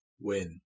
win